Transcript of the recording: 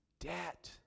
debt